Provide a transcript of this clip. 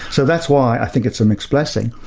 so that's why i think it's an expressing.